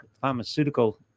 pharmaceutical